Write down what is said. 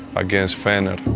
against fener.